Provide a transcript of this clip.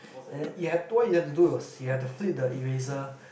and then you have what you have to do is you have to flip the eraser